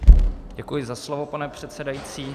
Děkuji za slovo, pane předsedající.